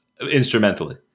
instrumentally